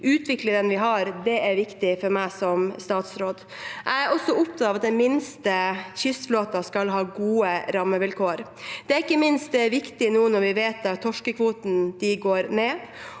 utvikle den vi har, er viktig for meg som statsråd. Jeg er også opptatt av at den minste kystflåten skal ha gode rammevilkår. Det er ikke minst viktig nå når vi vet at torskekvotene går ned,